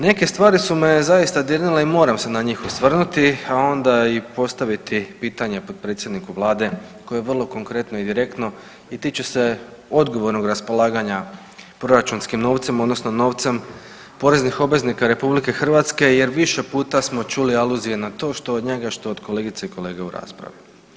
Neke stvari su me zaista dirnile i moram se na njih osvrnuti, a onda i postaviti pitanja potpredsjedniku vlade koji vrlo konkretno i direktno i tiču se odgovornog raspolaganja proračunskim novcem odnosno novcem poreznih obveznika RH jer više puta smo čuli aluzije na to što od njega, što od kolegica i kolega u raspravi.